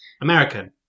American